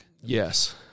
Yes